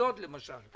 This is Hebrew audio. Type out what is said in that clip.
אשדוד למשל.